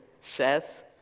Seth